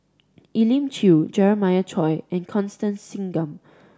Elim Chew Jeremiah Choy and Constance Singam